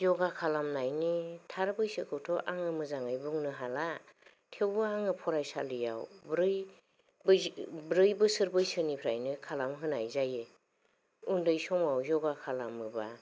योगा खालामनायनि थार बैसोखौथ' आङो बुंनो हाला थेवबो आङो फरायसालियाव ब्रै बोसोर बैसोनिफ्रायनो खालामहोनाय जायो उन्दै समाव यौगा खालामोबा